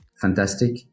fantastic